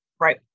Right